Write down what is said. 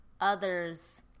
others